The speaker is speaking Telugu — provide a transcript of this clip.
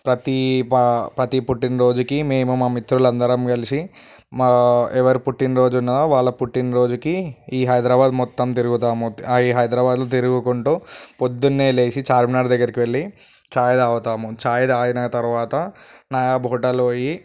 ప్రతి ప ప్రతి పుట్టినరోజుకి మేము మా మిత్రులందరం కలసి మా ఎవరి పుట్టినరోజు ఉన్న వాళ్ళ పుట్టినరోజుకి ఈ హైదరాబాద్ మొత్తం తిరుగుతాము ఈ హైదరాబాదులో తిరుగుకుంటూ పొద్దున్నే లేసి చార్మినార్ దగ్గరికి వెళ్ళి చాయ్ తాగుతాము చాయ్ తాగిన తర్వాత నయాబ్ హోటల్కి పోయి